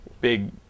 big